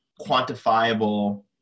quantifiable